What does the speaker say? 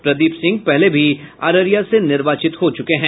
प्रदीप सिंह पहले भी अररिया से निर्वाचित हो चुके हैं